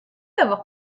avoir